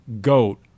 GOAT